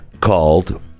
called